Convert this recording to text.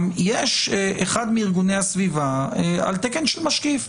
גם יש אחד מארגוני הסביבה על תקן של משקיף.